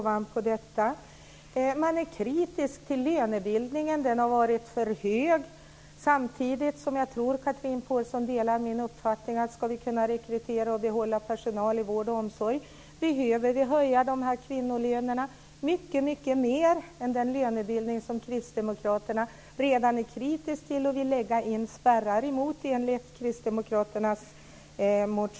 Kristdemokraterna är kritiska till lönebildningen. Den har varit för hög. Samtidigt tror jag att Chatrine Pålsson delar min uppfattning att om vi ska kunna rekrytera personal till vård och omsorg behöver vi höja kvinnolönerna mycket mer än den lönebildning som kristdemokraterna redan är kritiska till och enligt kristdemokraternas motion vill lägga spärrar mot.